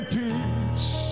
peace